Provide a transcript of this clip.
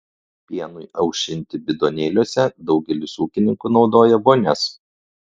pienui aušinti bidonėliuose daugelis ūkininkų naudoja vonias